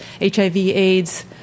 HIV-AIDS